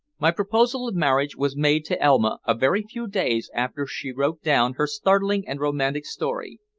my proposal of marriage was made to elma a very few days after she wrote down her startling and romantic story,